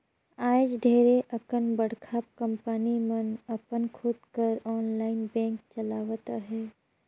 आएज ढेरे अकन बड़का कंपनी मन अपन खुद कर आनलाईन बेंक चलावत अहें